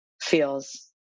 feels